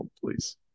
please